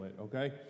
okay